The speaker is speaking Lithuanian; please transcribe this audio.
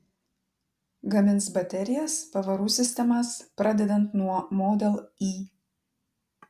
gamins baterijas pavarų sistemas pradedant nuo model y